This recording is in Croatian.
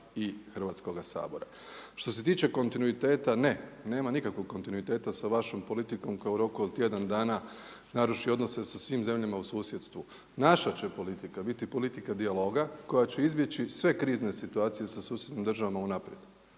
i Hrvatskoga sabora. Što se tiče kontinuiteta ne, nema nikakvog kontinuiteta sa vašom politikom koja je u roku od tjedan dana naruši odnose sa svim zemljama u susjedstvu. Naša će politika biti politika dijaloga koja će izbjeći sve krizne situacije sa susjednim državama unaprijed